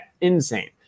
Insane